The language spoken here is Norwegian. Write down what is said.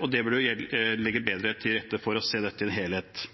Og det burde legges bedre til rette for å se dette i en helhet.